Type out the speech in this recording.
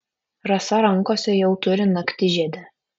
rasa rankose jau turi naktižiedę